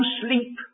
sleep